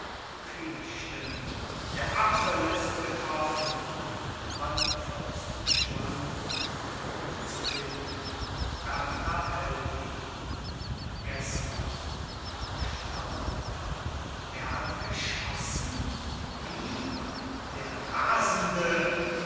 viele stimmen der apfel ist getroffen walther fürst schwankt und droht zu sinken berta hält ihn gessler erstaunt er hat geschossen wie der rasende